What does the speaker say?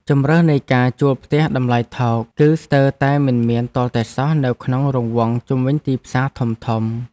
ជម្រើសនៃការជួលផ្ទះតម្លៃថោកគឺស្ទើរតែមិនមានទាល់តែសោះនៅក្នុងរង្វង់ជុំវិញទីផ្សារធំៗ។